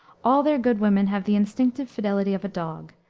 all their good women have the instinctive fidelity of a dog,